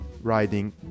riding